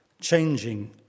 changing